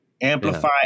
amplify